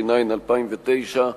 התש"ע 2009,